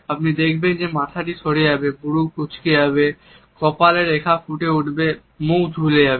আপনি দেখবেন যে মাথাটি সরে যাবে ভুরু কুঁচকে যাবে কপালে রেখা ফুটে উঠবে মুখটি ঝুলে যাবে